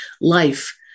life